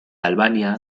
albania